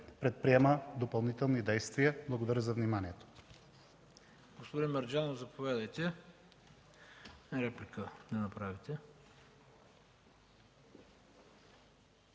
предприема допълнителни действия. Благодаря за вниманието.